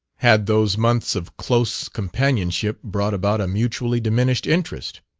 had those months of close companionship brought about a mutually diminished interest?